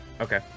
Okay